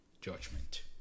judgment